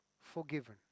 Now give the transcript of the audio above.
forgiven